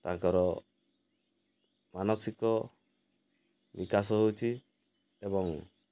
ତାଙ୍କର ମାନସିକ ବିକାଶ ହେଉଛି ଏବଂ